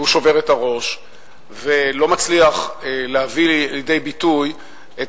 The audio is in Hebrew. הוא שובר את הראש ולא מצליח להביא לידי ביטוי את